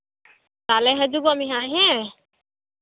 ᱛᱟᱦᱚᱞᱮ ᱦᱤᱡᱩᱜᱚᱜ ᱢᱮᱦᱟᱸᱜ ᱦᱮᱸ